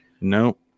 Nope